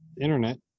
internet